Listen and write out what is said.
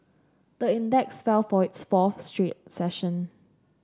the index fell for its fourth straight session